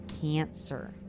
cancer